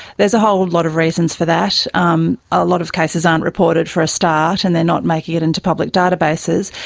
there's a whole lot of reasons for that. um a lot of cases aren't reported, for a start, and they are not making it into public databases.